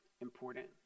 important